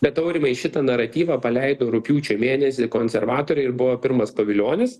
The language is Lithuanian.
bet aurimai šitą naratyvą paleido rugpjūčio mėnesį konservatoriai ir buvo pirmas pavilionis